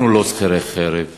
אנחנו לא שכירי חרב.